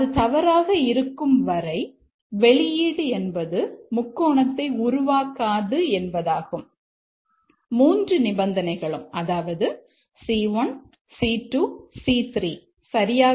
அது தவறாக இருக்கும் வரை வெளியீடு என்பது முக்கோணத்தை உருவாக்காது என்பதாகும் ஆனால் 3 நிபந்தனைகளும் அதாவது C1 C2 C3 சரியாக இருப்பின் முக்கோணம் உருவாகும்